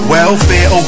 Welfare